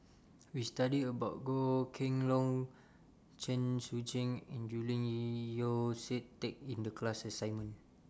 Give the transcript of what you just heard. We studied about Goh Kheng Long Chen Sucheng and Julian Yeo See Teck in The class assignment